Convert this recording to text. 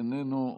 איננו,